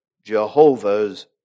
Jehovah's